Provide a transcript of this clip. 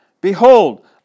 Behold